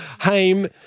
Hame